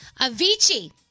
Avicii